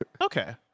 Okay